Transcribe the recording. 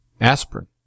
aspirin